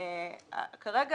קודם כל